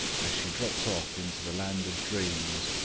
as she dropped off into the land of dreams,